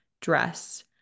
dress